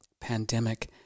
pandemic